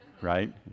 right